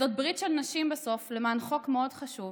זאת ברית של נשים בסוף, למען חוק מאוד חשוב.